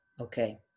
Okay